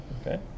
Okay